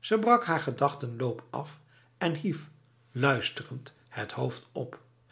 ze brak haar gedachteloop af en hief luisterend het hoofd op